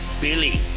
Billy